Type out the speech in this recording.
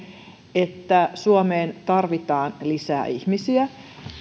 että suomeen tarvitaan lisää ihmisiä